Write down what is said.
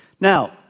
Now